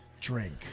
drink